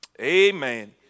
Amen